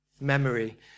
Memory